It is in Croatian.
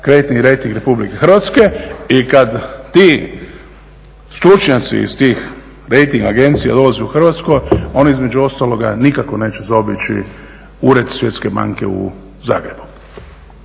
kreditni rejting RH i kada ti stručnjaci iz tih rejting agencija dolazi u Hrvatsku oni između ostalog nikako neće zaobići Ured svjetske banke u Zagrebu.